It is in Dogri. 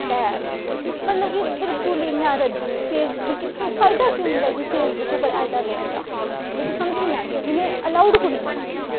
ते मतलब कि बिल्कुल इ'यां रद्दी फायदा केह् होंदा इ'यां फेसबुक पर ऐडां देने दा मिगी समझ नेईं आंदी इ'नें गी अलाउड़ कु'न कीता